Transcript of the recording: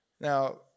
Now